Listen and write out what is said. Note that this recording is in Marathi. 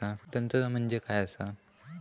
तंत्र म्हणजे काय असा?